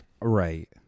Right